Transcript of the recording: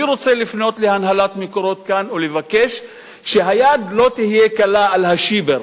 אני רוצה לפנות להנהלת "מקורות" כאן ולבקש שהיד לא תהיה קלה על השיבר.